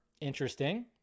Interesting